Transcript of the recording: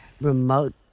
remote